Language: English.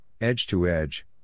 edge-to-edge